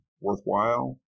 worthwhile